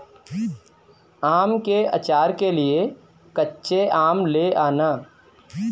आम के आचार के लिए कच्चे आम ले आना